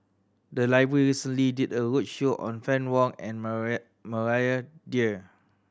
the library recently did a roadshow on Fann Wong and Maria Maria Dyer